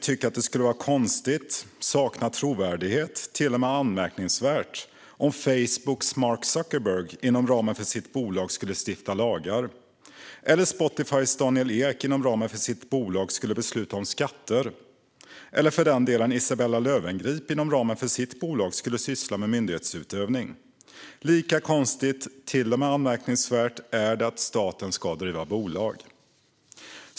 Det skulle vara konstigt, sakna trovärdighet och till och med vara anmärkningsvärt om Facebooks Mark Zuckerberg inom ramen för sitt bolag skulle stifta lagar, om Spotifys Daniel Ek inom ramen för sitt bolag skulle besluta om skatter eller för den delen om Isabella Löwengrip inom ramen för sitt bolag skulle syssla med myndighetsutövning. Lika konstigt och till och med anmärkningsvärt är det att staten ska driva bolag.